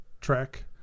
track